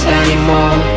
anymore